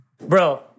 Bro